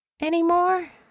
Anymore